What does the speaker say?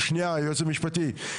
שנייה היועץ המשפטי,